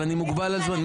אבל אני מוגבל בזמן.